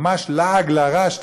ממש לעג לרש,